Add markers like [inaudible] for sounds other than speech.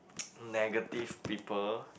[noise] negative people